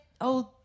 old